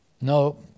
No